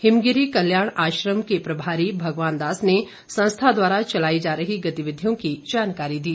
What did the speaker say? हिमगिरी कल्याण आश्रम के प्रभारी भगवान दास ने संस्था द्वारा चलाई जा रही गतिविधियों की जानकारी दी